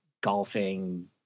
golfing